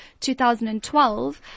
2012